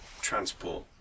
transport